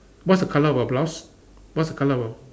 what's the colour of her blouse what's the colour of